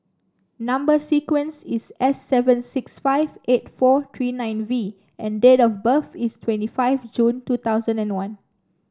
number sequence is S seven six five eight four three nine V and date of birth is twenty five June two thousand and one